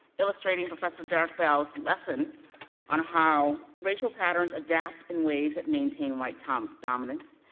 illustrating professor derrick bell's lesson on how racial patterns adapt in ways that maintain white ah um dominance,